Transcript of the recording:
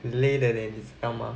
很累的 leh 你知道吗